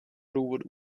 důvodů